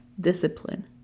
discipline